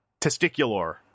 Testicular